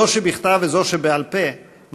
זו שבכתב וזו שבעל-פה,